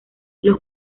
los